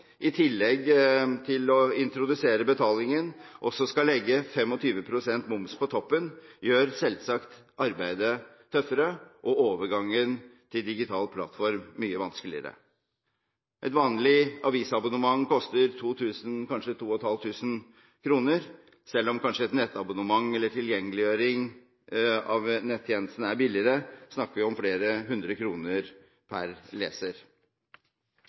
i tillegg til å introdusere betalingen, også skal legge 25 pst. moms på toppen, gjør selvsagt arbeidet tøffere og overgangen til digital plattform mye vanskeligere. Et vanlig avisabonnement koster kanskje 2 500 kr. Selv om et nettabonnement eller tilgjengeliggjøring av nettjenesten er billigere, snakker vi om flere hundre kroner pr. leser.